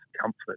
comfort